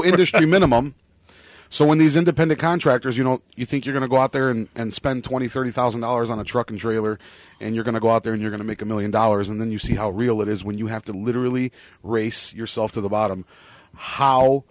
industry minimum so when these independent contractors you know you think you're going to go out there and spend twenty thirty thousand dollars on a truck and trailer and you're going to go out there you're going to make a million dollars and then you see how real it is when you have to literally race yourself to the bottom how